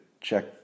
check